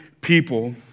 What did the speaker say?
people